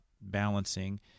balancing